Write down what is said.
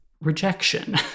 rejection